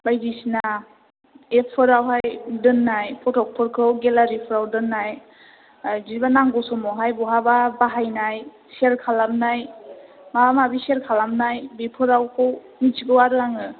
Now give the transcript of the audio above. बायदिसिना एप्सफोरावहाय दोननाय फट'फोरखौ गेलारिफ्राव दोननाय बिदिबो नांगौ समावहाय बहाबा बाहायनाय सेयार खालामनाय माबा माबि सेयार खालामनाय बेफोरावखौ मिथिगौ आरो आङो